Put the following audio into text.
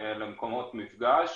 למקומות מפגש.